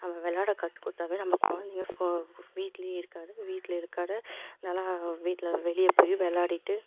நம்ம விளாடக் கற்று கொடுத்தாவே நம்ம குழந்தைங்க ஃபோ வீட்டிலையே இருக்காது வீட்டில் இருக்காது நல்லா வீட்டில் வெளியே போய் விளாடிட்டு